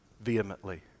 vehemently